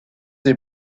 des